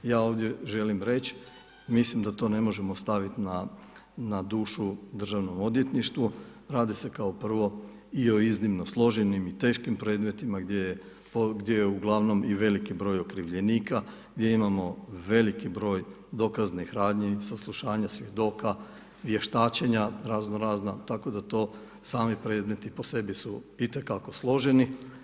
Ja ovdje želim reći, mislim da to ne možemo stavit na dušu državnom odvjetništvu, radi se kao prvo i o iznimno složenim i teškim predmetima gdje je uglavnom i veliki broj okrivljenika, gdje imamo veliki broj dokaznih radnji, saslušanja, svjedoka, vještačenja razno razna, tako da to sami predmeti po sebi su itekako složeni.